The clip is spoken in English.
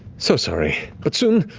so sorry, but soon!